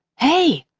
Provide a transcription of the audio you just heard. hey,